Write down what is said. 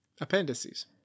Appendices